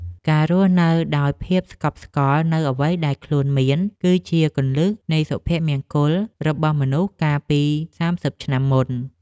ការរស់នៅដោយភាពស្កប់ស្កល់នូវអ្វីដែលខ្លួនមាន គឺជាគន្លឹះនៃសុភមង្គលរបស់មនុស្សកាលពីសាមសិបឆ្នាំមុន។